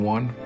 One